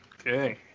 Okay